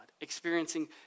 experiencing